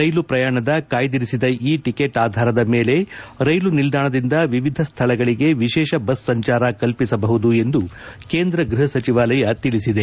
ರೈಲು ಪ್ರಯಾಣದ ಕಾಯ್ದಿರಿಸಿದ e ticket ಆಧಾರದ ಮೇಲೆ ರೈಲು ನಿಲ್ಲಾಣದಿಂದ ವಿವಿಧ ಸ್ನಳಗಳಿಗೆ ವಿಶೇಷ ಬಸ್ ಸಂಚಾರ ಕಲ್ಪಿಸಬಹುದು ಎಂದು ಕೇಂದ್ರ ಗೃಹ ಸಚಿವಾಲಯ ತಿಳಿಸಿದೆ